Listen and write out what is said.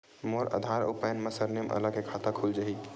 मोर आधार आऊ पैन मा सरनेम अलग हे खाता खुल जहीं?